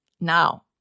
Now